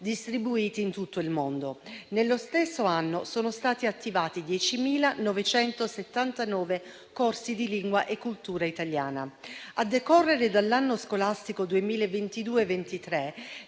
distribuiti in tutto il mondo. Nello stesso anno sono stati attivati 10.979 corsi di lingua e cultura italiana. A decorrere dall'anno scolastico 2022-2023,